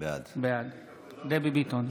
בעד דבי ביטון,